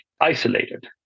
isolated